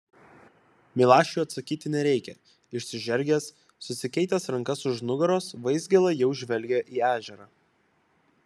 milašiui atsakyti nereikia išsižergęs susikeitęs rankas už nugaros vaizgėla jau žvelgia į ežerą